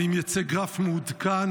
האם יצא גרף מעודכן?